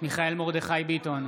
מיכאל מרדכי ביטון,